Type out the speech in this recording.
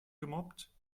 gemobbt